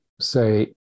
say